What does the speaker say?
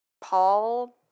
Paul